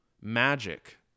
Magic